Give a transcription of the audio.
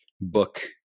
book